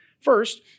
First